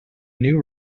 new